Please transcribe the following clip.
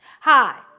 Hi